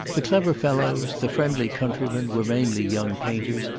the clever fellows, the friendly countrymen were mainly young painters,